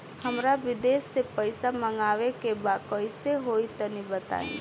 हमरा विदेश से पईसा मंगावे के बा कइसे होई तनि बताई?